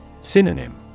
Synonym